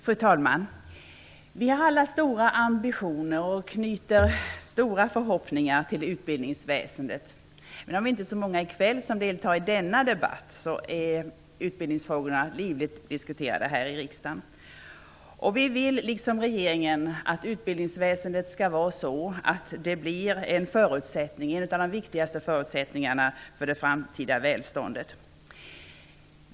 Fru talman! Vi har alla stora ambitioner och knyter stora förhoppningar till utbildningsväsendet. Även om vi inte är så många i kväll som deltar i denna debatt, är utbildningsfrågorna livligt diskuterade här i riksdagen. Vi vill, liksom regeringen, att utbildningsväsendet skall vara en av de viktigaste förutsättningarna för det framtida välståndet.